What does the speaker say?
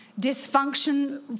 dysfunction